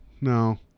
no